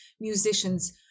musicians